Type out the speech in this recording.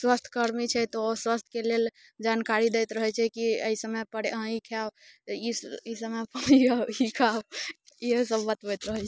स्वास्थयकर्मी छै तऽ ओ स्वास्थयके लेल जानकारी दैत रहै छै कि एहि समयपर अहाँ ई खाउ तऽ ई समय समयपर ई खाउ इहोसभ बतबैत रहैत छै